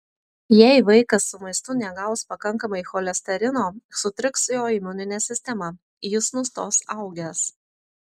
jei vaikas su maistu negaus pakankamai cholesterino sutriks jo imuninė sistema jis nustos augęs